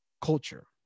culture